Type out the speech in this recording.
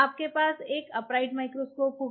आपके पास एक अपराइट माइक्रोस्कोप होगा